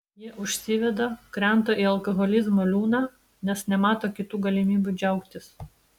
jie užsiveda krenta į alkoholizmo liūną nes nemato kitų galimybių džiaugtis